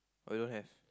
or you don't have